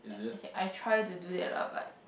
I said I try to do that lah but